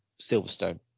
Silverstone